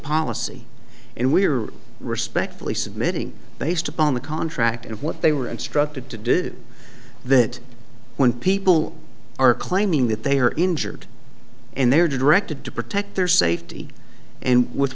policy and we are respectfully submitting based upon the contract and what they were instructed to do that when people are claiming that they are injured and they are directed to protect their safety and with